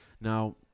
Now